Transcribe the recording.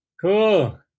Cool